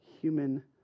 human